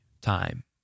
time